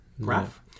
graph